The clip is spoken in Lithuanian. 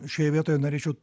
šioj vietoj norėčiau